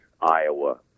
Iowa